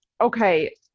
Okay